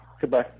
Goodbye